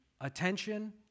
attention